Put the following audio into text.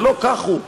ולא כך הוא.